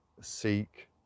seek